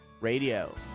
Radio